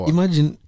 Imagine